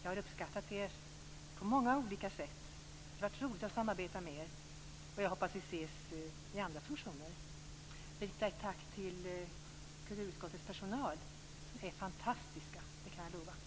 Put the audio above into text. Jag har uppskattat er på många olika sätt. Det har varit roligt att samarbeta med er, och jag hoppas att vi ses i andra funktioner. Jag vill också rikta ett tack till kulturutskottets personal, som är fantastisk. Det kan jag lova.